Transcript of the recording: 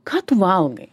ką tu valgai